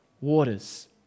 waters